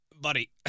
buddy